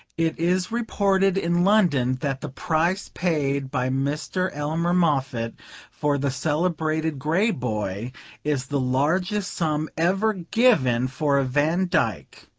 it is reported in london that the price paid by mr. elmer moffatt for the celebrated grey boy is the largest sum ever given for a vandyck.